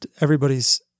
everybody's –